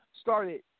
started